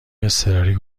اضطراری